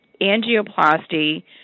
angioplasty